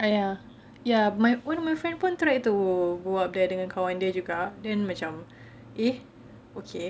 !aiya! ya my one of my friend pun tried to go up there dengan kawan dia juga then macam eh okay